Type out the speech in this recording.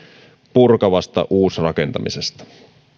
purkavasta uusrakentamisesta